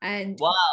Wow